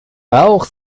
bauch